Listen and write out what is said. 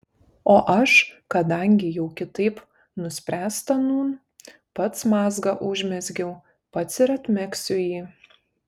o aš kadangi jau kitaip nuspręsta nūn pats mazgą užmezgiau pats ir atmegsiu jį